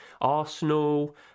Arsenal